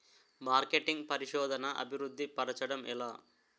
marketing పరిశోధనదా అభివృద్ధి పరచడం ఎలా